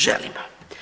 Želimo.